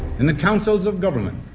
in the councils of government,